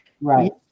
right